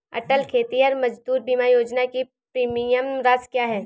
अटल खेतिहर मजदूर बीमा योजना की प्रीमियम राशि क्या है?